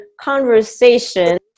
conversation